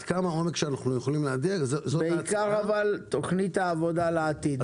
אבל בעיקר תוכנית העבודה לעתיד,